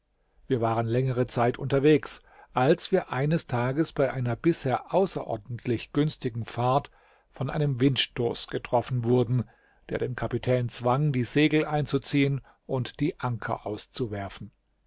wir waren längere zeit unterwegs als wir eines tages bei einer bisher außerordentlich günstigen fahrt von einem windstoß getroffen wurden der den kapitän zwang die segel einzuziehen und die anker auszuwerfen